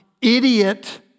idiot